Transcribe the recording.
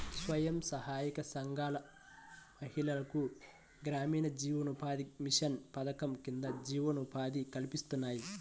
స్వయం సహాయక సంఘాల మహిళలకు గ్రామీణ జీవనోపాధి మిషన్ పథకం కింద జీవనోపాధి కల్పిస్తున్నారు